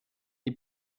die